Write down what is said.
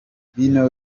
bino